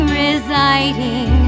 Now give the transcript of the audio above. residing